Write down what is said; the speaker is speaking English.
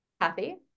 Kathy